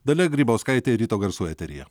dalia grybauskaitė ryto garsų eteryje